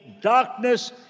darkness